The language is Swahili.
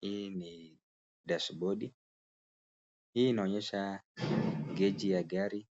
Hii ni dashibodi, hii inaonyesha geji ya gari